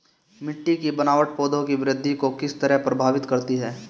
मिटटी की बनावट पौधों की वृद्धि को किस तरह प्रभावित करती है?